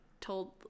told